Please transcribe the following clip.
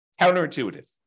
Counterintuitive